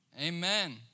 Amen